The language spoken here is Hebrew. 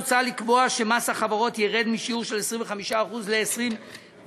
מוצע לקבוע שמס החברות ירד משיעור של 25% ל-23%